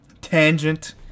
Tangent